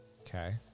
Okay